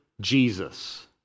Jesus